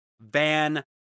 van